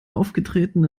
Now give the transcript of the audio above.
aufgetreten